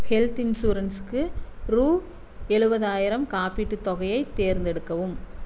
health இன்சூரன்ஸுக்கு ரூபா எழுவதாயிரம் காப்பீட்டுத் தொகையை தேர்ந்தெடுக்கவும்